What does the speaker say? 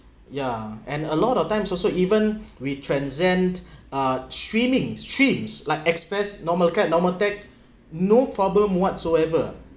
yeah and a lot of times also even we transcend uh streaming streams like express normal acad normal tech no problem whatsoever